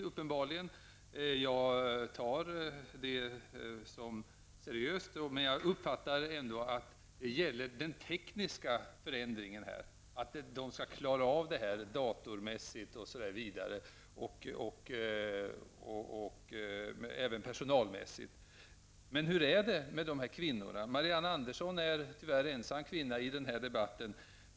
Jag betraktar den uppgiften som seriös, men jag uppfattar ändå att det gäller de datortekniska och personalmässiga förändringarna. Marianne Andersson är tyvärr ensam kvinna i den här debatten.